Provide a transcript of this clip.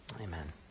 Amen